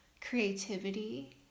creativity